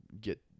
get